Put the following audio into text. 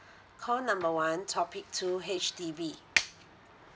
call number one topic two H_D_B